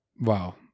Wow